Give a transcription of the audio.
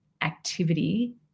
activity